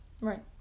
Right